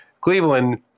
Cleveland